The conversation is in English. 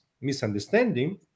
misunderstanding